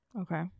Okay